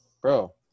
Bro